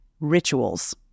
rituals